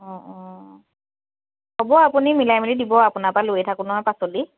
অঁ অঁ হ'ব আপুনি মিলাই মেলি দিব আপোনাৰ পৰা লৈয়ে থাকোঁ নহয় পাচলি